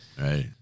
Right